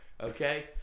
okay